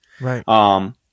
Right